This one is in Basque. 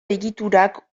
egiturak